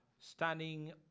standing